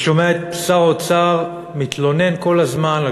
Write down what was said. אני שומע את שר האוצר מתלונן כל הזמן על